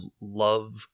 love